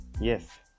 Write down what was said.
Yes